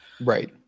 Right